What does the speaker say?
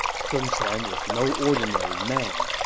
sun quan is no ordinary man.